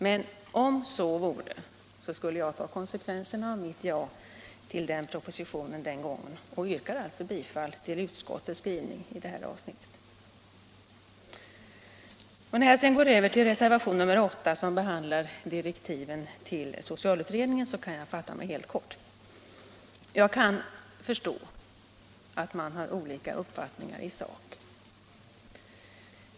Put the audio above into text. Men om så skulle vara, så tar jag konsekvenserna av mitt ja till propositionen den gången och yrkar alltså bifall till utskottets skrivning i detta avsnitt. När jag sedan går över till reservationen 8, som behandlar direktiv till socialutredningen, kan jag fatta mig kort. Jag förstår att man kan ha olika uppfattningar i sak.